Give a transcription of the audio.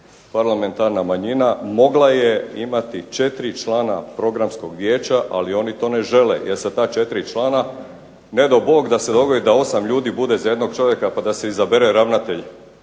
Parlamentarna manjina mogla je imati 4 člana Programskog vijeća, ali oni to ne žele jer ta 4 člana ne dao Bog da se dogodi da 8 ljudi bude za jednog čovjeka pa da se izabere ravnatelj